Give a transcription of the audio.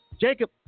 Jacob